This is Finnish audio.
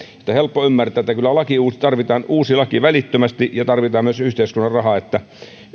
on helppo ymmärtää että kyllä tarvitaan uusi laki välittömästi ja tarvitaan myös yhteiskunnan rahaa että